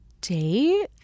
date